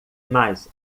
mas